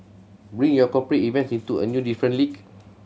bring your cooperate events into a new different league